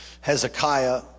Hezekiah